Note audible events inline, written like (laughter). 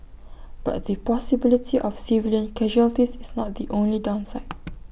but the possibility of civilian casualties is not the only downside (noise)